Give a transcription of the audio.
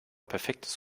perfektes